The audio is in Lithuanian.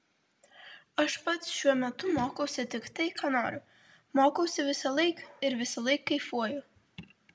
aš pats šiuo metu mokausi tik tai ką noriu mokausi visąlaik ir visąlaik kaifuoju